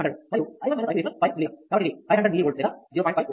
మరియు i 1 i 2 5 mA కాబట్టి ఇది 500mV లేదా 0